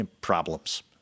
problems